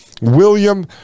william